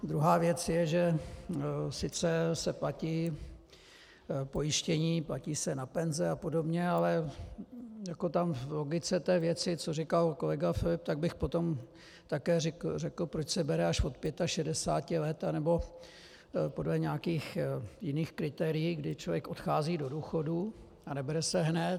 Druhá věc je, že sice se platí pojištění, platí se na penze a podobně, ale v logice té věci, co říkal kolega Filip, tak bych potom také řekl, proč se bere až od 65 let nebo podle nějakých jiných kritérií, kdy člověk odchází do důchodu, a nebere se hned?